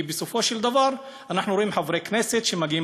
כי בסופו של דבר אנחנו רואים חברי כנסת שמגיעים